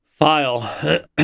file